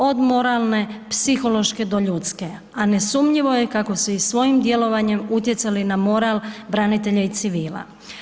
Od morale, psihološke do ljudske, a nesumnjivo je kako su i svojim djelovanjem utjecali na moral branitelja i civila.